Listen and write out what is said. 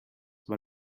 but